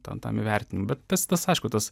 ten tam įvertinimui bet tas tas aišku tas